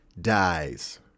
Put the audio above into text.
dies